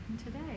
Today